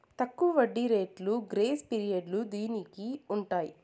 తక్కువ వడ్డీ రేట్లు గ్రేస్ పీరియడ్లు దీనికి ఉంటాయి